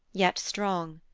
yet strong.